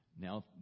Now